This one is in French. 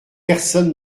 personne